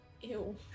Ew